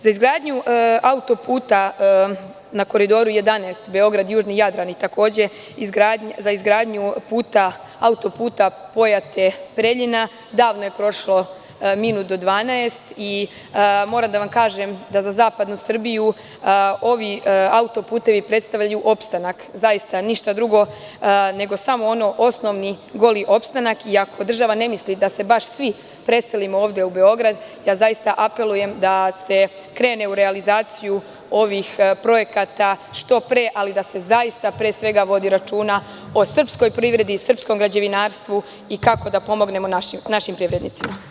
Za izgradnju Auto-puta na Koridoru 11, Beograd-Južni Jadran, za izgradnju Auto-puta Pojate-Preljina davno je prošao minut do dvanaest i moram da vam kažem da za zapadnu Srbiju auto-putevi predstavljaju opstanak i ništa drugo nego samo goli opstanak, iako država ne misli da se baš svi preselimo ovde u Beograd, zaista apelujem da se krene u realizaciju ovih projekata što pre, ali da se pre svega vodi računa o srpskoj privredi i srpskom građevinarstvu i kako da pomognemo našim privrednicima.